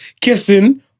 kissing